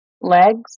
legs